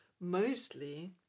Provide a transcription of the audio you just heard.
mostly